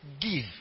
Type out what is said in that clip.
give